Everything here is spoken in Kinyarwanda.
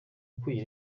ukwiye